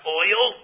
oil